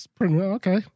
Okay